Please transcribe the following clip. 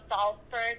Salzburg